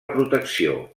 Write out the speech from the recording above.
protecció